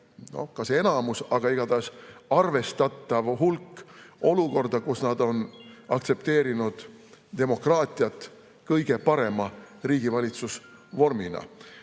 kas just enamus, aga igatahes arvestatav hulk olukorda, kus nad on aktsepteerinud demokraatiat kõige parema riigivalitsusvormina.